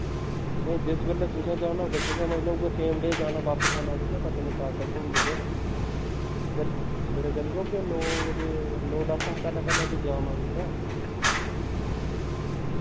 ते जिस बेल्लै तुसें जाना होग तां मतलब तुसें उऐ जाना पत्नीटॉप धोड़ी गै सबेरै चली पौगे नौ बजे कोला पैह्लें पैह्लें ते भी जाम होई जंदा